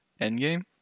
Endgame